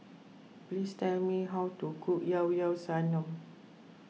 please tell me how to cook Llao Llao Sanum